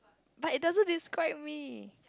but it doesn't describe me